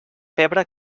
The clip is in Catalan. pebre